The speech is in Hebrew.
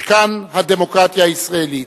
משכן הדמוקרטיה הישראלית.